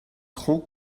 trop